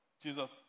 Jesus